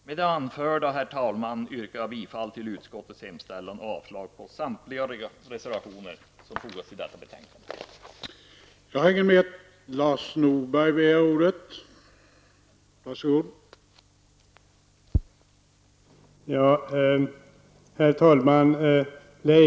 Med det anförda herr talman, yrkar jag bifall till utskottets hemställan och avslag på samtliga reservationer, som fogats till detta betänkande.